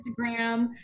Instagram